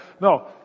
No